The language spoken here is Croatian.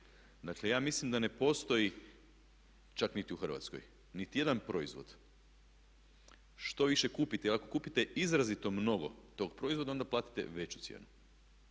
Dakle ja mislim da ne postoji čak niti u Hrvatskoj niti jedan proizvod, što više kupite ili ako kupite izrazito mnogo tog proizvoda onda platite veću cijenu.